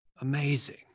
amazing